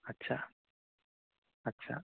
আচ্ছা আচ্ছা